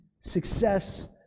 success